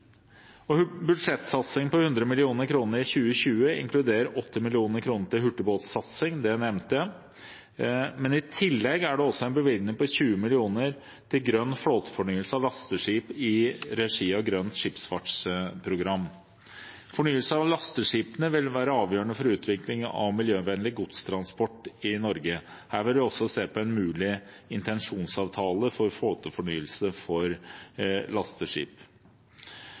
på 100 mill. kr i 2020 inkluderer 80 mill. kr til hurtigbåtsatsing. Det nevnte jeg. I tillegg er det en bevilgning på 20 mill. kr til grønn flåtefornyelse av lasteskip i regi av Grønt skipsfartsprogram. Fornyelse av lasteskipene vil være avgjørende for utvikling av miljøvennlig godstransport i Norge. Her vil vi også se på en mulig intensjonsavtale for flåtefornyelse for lasteskip.